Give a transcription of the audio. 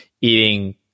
eating